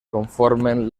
conformen